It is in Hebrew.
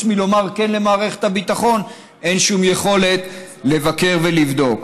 מלומר כן למערכת הביטחון אין שום יכולת לבקר ולבדוק.